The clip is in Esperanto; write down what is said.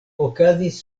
okazis